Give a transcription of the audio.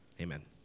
Amen